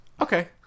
Okay